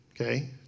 Okay